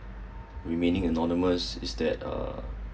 remaining anonymous is that uh